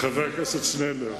חבר הכנסת שנלר,